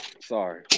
Sorry